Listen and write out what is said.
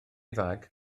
fag